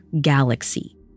galaxy